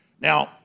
Now